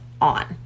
on